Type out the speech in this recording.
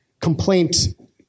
complaint